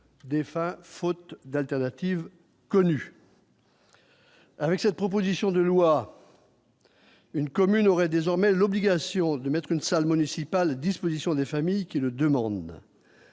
défunts, faute d'alternative connu. Avec cette proposition de loi, une commune aurait désormais l'obligation de mettre une salle municipale disposition des familles qui le demandent,